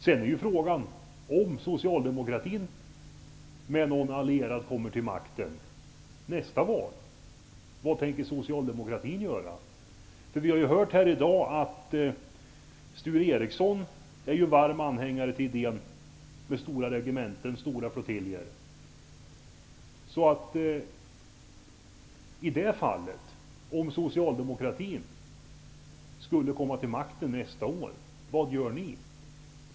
Frågan är vad Socialdemokraterna tänker göra, om socialdemokratin med någon allierad kommer till makten vid nästa val. Vi har hört i dag att Sture Ericson är varm anhängare av stora regementen och stora flottiljer. Om socialdemokratin skulle komma till makten nästa år, vad gör ni?